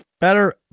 better